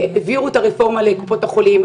העבירו את הרפורמה לקופות החולים,